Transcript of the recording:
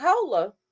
Cola